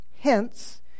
Hence